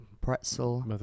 Pretzel